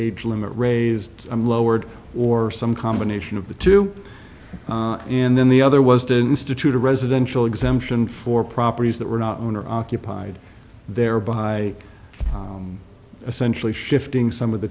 age limit raised lowered or some combination of the two and then the other was didn't institute a residential exemption for properties that were not owner occupied thereby essentially shifting some of the